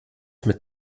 mit